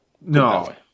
No